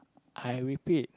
I repeat